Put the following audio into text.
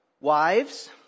Wives